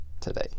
today